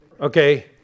okay